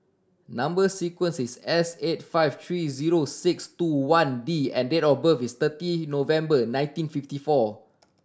number sequence is S eight five three zero six two one D and date of birth is thirty November nineteen fifty four